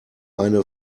eine